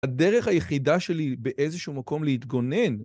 הדרך היחידה שלי באיזשהו מקום להתגונן...